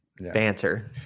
Banter